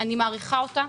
אני מעריכה אותה,